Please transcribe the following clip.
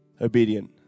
obedient